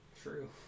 True